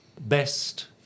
best